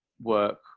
work